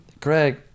craig